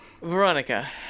Veronica